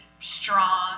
strong